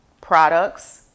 products